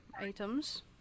items